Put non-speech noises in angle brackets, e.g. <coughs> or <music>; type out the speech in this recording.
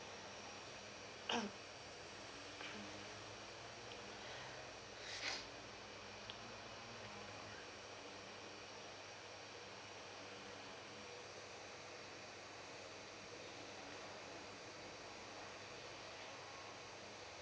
<coughs> <coughs> <breath> <noise>